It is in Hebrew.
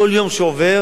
כל יום שעובר,